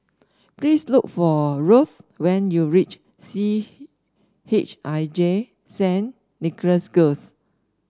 please look for Ruthe when you reach C H I J Saint Nicholas Girls